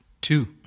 Two